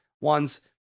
ones